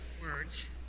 words